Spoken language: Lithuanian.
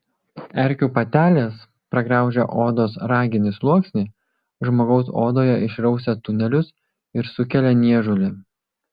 erkių patelės pragraužę odos raginį sluoksnį žmogaus odoje išrausia tunelius ir sukelia niežulį